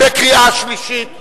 קריאה שלישית,